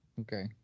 Okay